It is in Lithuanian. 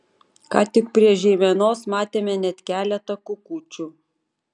ką tik prie žeimenos matėme net keletą kukučių